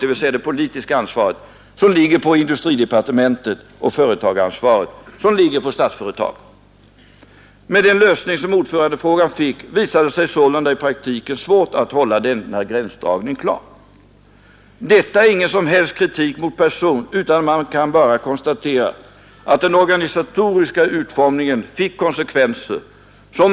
Det gick omkull 1964, driften lades ned, och banken övertog till skyddande av sin fordran aktierna i bolaget. Banken gjorde förlust på sitt engagemang, och efter rörelsens avveckling fanns i bolaget kvar ett ganska stort och välbeläget markområde i Tollare.